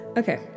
okay